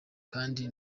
kandi